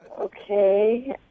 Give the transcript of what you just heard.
Okay